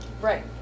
Right